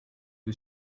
who